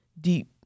deep